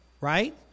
right